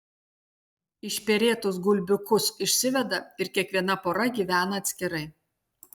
išperėtus gulbiukus išsiveda ir kiekviena pora gyvena atskirai